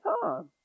time